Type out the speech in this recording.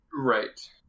Right